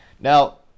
now